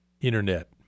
internet